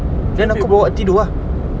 friend you bawa